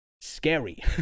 scary